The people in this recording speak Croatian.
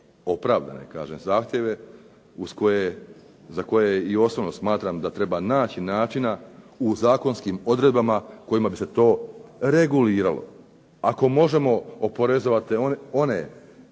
opravdane kažem zahtjeve uz koje, za koje i osobno smatram da treba naći načina u zakonskim odredbama kojima bi se to reguliralo. Ako možemo oporezovati one